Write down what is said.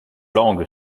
langue